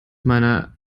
meine